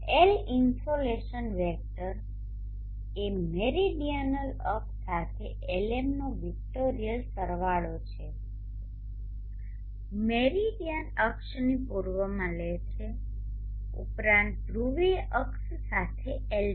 L insolation vector એ meridional અક્ષ સાથે Lmનો વેક્ટોરીઅલ સરવાળો છે મેરિડીયન અક્ષની પૂર્વમાં લે છે ઉપરાંત ધ્રુવીય અક્ષ સાથે Lp